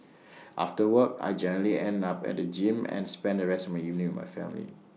after work I generally end up at the gym and spend the rest my evening my family